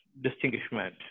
distinguishment